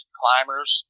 climbers